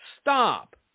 Stop